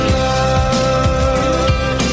love